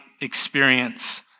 experience